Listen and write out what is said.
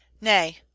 nay